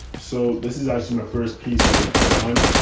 so this is actually my first piece i going to put on.